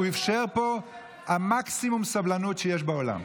הוא אפשר פה, מקסימום סבלנות שיש בעולם.